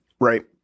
Right